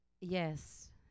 yes